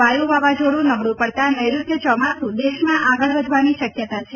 વાયુ વાવાઝોડું નબળું પડતા નેઋત્ય ચોમાસુ દેશમાં આગળ વધવાની શક્યતા છે